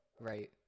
right